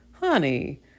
honey